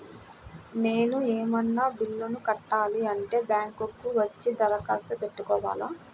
నేను ఏమన్నా బిల్లును కట్టాలి అంటే బ్యాంకు కు వచ్చి దరఖాస్తు పెట్టుకోవాలా?